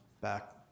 back